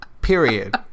period